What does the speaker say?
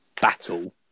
battle